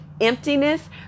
emptiness